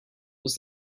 was